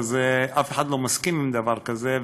אף אחד לא מסכים עם דבר כזה,